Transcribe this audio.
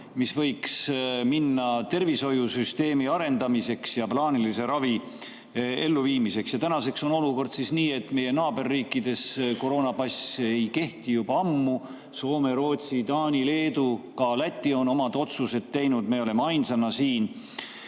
mis võiks minna tervishoiusüsteemi arendamiseks ja plaanilise ravi elluviimiseks. Tänaseks on olukord selline, et meie naaberriikides koroonapass ei kehti juba ammu. Soome, Rootsi, Taani, Leedu ja ka Läti on oma otsused teinud, meie oleme ainsana siin